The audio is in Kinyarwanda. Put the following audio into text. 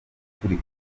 turi